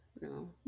No